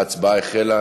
ההצבעה החלה.